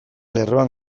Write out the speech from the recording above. lerroan